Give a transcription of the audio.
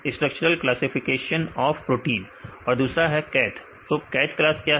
structural classification of protein और दूसरा CATH तो CATH क्लास क्या है